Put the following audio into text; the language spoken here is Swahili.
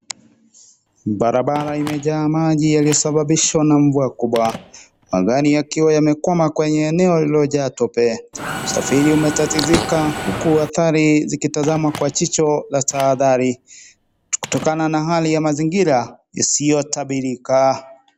Barabara imejaa maji yalioasababishwa na mvuwa kubwa, mazani ya nadhani yamekwama kwenye eneo ilolojaa tope. Usafiri umetatizika huku hatari zikitazamwa kwa jicho la tahathari. Kutokana na hali ya mazingira, isiyo tabirika.